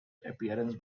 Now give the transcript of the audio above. appearance